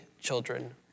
children